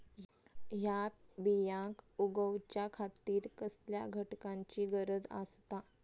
हया बियांक उगौच्या खातिर कसल्या घटकांची गरज आसता?